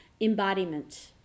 embodiment